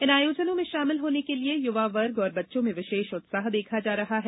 इन आयोजनों में शामिल होने के लिये युवा वर्ग और बच्चों में विशेष उत्साह देखा जा रहा है